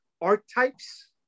archetypes